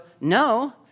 no